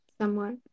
Somewhat